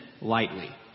lightly